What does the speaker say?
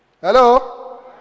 Hello